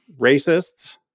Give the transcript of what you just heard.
Racists